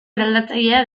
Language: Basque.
eraldatzailea